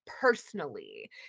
personally